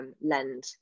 Lend